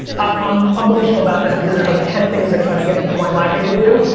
um i'm emotional about this, because there's like ten things i tried to get wine library to do,